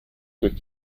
durch